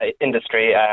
industry